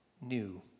new